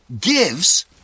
gives